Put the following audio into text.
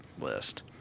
list